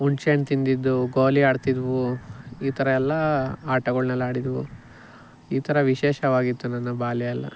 ಹುಣಸೇಹಣ್ಣು ತಿಂದಿದ್ದು ಗೋಲಿ ಆಡ್ತಿದ್ದೆವು ಈ ಥರ ಎಲ್ಲ ಆಟಗಳ್ನೆಲ್ಲ ಆಡಿದ್ದೆವು ಈ ಥರ ವಿಶೇಷವಾಗಿತ್ತು ನನ್ನ ಬಾಲ್ಯ ಎಲ್ಲ